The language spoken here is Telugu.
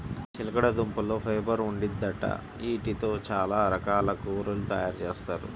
చిలకడదుంపల్లో ఫైబర్ ఉండిద్దంట, యీటితో చానా రకాల కూరలు తయారుజేత్తారు